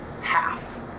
half